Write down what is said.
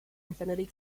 infinity